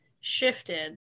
shifted